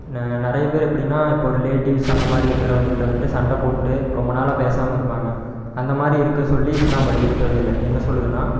நிறையப் பேர் எப்படின்னா இப்போது ரிலேட்டிவ்ஸ் அந்தமாதிரி இருக்கிறவங்கக்கிட்டே வந்துவிட்டு சண்டைப் போட்டு ரொம்ப நாளாக பேசாமல் இருப்பாங்க அந்தமாதிரி இருக்க சொல்லி இஸ்லாம் வலியுறுத்தவே இல்லை என்ன சொல்லுதுன்னா